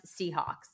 Seahawks